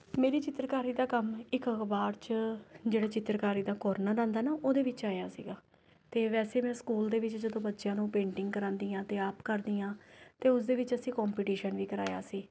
ਮੇਰੀ ਚਿੱਤਰਕਾਰੀ ਦਾ ਕੰਮ ਇੱਕ ਅਖਬਾਰ 'ਚ ਜਿਹੜਾ ਚਿੱਤਰਕਾਰੀ ਦਾ ਕੋਰਨਰ ਆਉਂਦਾ ਨਾ ਉਹਦੇ ਵਿੱਚ ਆਇਆ ਸੀਗਾ ਅਤੇ ਵੈਸੇ ਮੈਂ ਸਕੂਲ ਦੇ ਵਿੱਚ ਜਦੋਂ ਬੱਚਿਆਂ ਨੂੰ ਪੇਟਿੰਗ ਕਰਵਾਉਂਦੀ ਹਾਂ ਅਤੇ ਆਪ ਕਰਦੀ ਹਾਂ ਅਤੇ ਉਸ ਦੇ ਵਿੱਚ ਅਸੀਂ ਕੋਂਪੀਟੀਸ਼ਨ ਵੀ ਕਰਵਾਇਆ ਸੀ